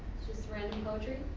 just random poetry.